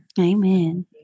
Amen